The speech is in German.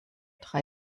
drei